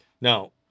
Now